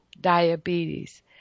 diabetes